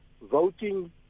voting